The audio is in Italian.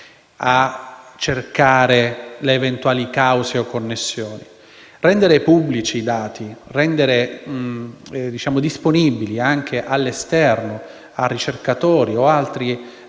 a cercare le eventuali cause o connessioni. Rendere pubblici i dati, renderli disponibili anche all'esterno, a ricercatori o altri